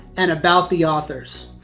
and about the authors.